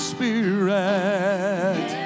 Spirit